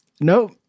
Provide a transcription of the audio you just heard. Nope